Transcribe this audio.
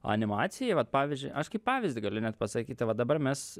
animacija vat pavyzdžiui aš kaip pavyzdį galiu net pasakyti va dabar mes